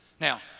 Now